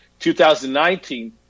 2019